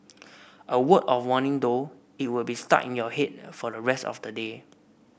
a word of warning though it'll be stuck in your head for the rest of the day